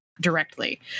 directly